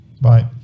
bye